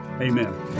amen